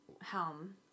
helm